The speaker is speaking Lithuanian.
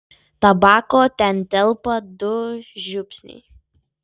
tabako ten telpa du žiupsniai